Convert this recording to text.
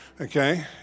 Okay